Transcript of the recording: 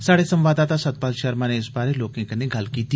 स्हाड़े संवाददाता सतपाल षर्मा नै इस बारे लोकें कन्नै गल्ल कीती